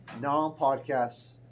non-podcasts